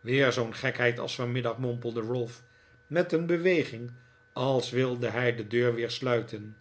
weer zoo'n gekheid als vanmiddag mompelde ralph met een beweging als wilde hij de deur weer sluiten